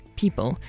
people